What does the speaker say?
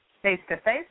face-to-face